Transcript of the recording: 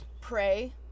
pray